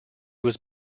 was